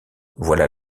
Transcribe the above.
voilà